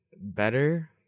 better